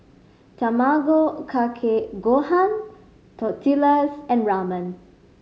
Tamago Kake Gohan Tortillas and Ramen